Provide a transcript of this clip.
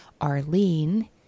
Arlene